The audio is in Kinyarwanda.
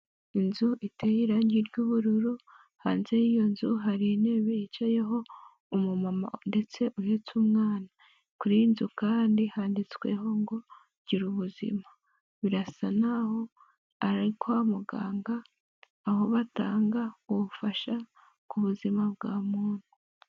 Inzu iteye irangi ry'ubururu hanze y'iyo nzu hari intebe yicayeho umu mama ndetse uhetse umwana. Kuri iyi nzu kandi handitsweho ngo gira ubuzima, birasa naho ari kwa muganga aho batanga ubufasha ku buzima bwa muntu.